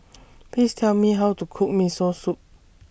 Please Tell Me How to Cook Miso Soup